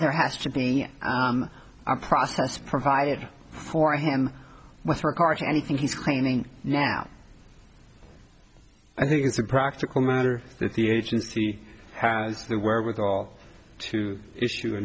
there has to be a process provided for him with regard to anything he's claiming now i think it's a practical matter if the agency has the wherewithal to issue a